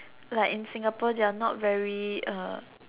like in Singapore they are not very uh